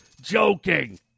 joking